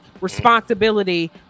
responsibility